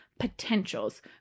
potentials